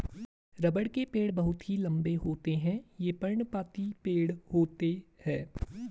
रबड़ के पेड़ बहुत ही लंबे होते हैं ये पर्णपाती पेड़ होते है